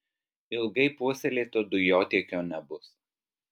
ilgai puoselėto dujotiekio nebus